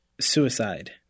suicide